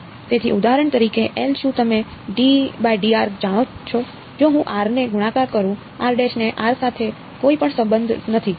તેથી ઉદાહરણ તરીકે L શું તમે જાણો છો જો હું r ને ગુણાકાર કરું r ને r સાથે કોઈ સંબંધ નથી